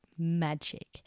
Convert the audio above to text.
Magic